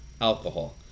alcohol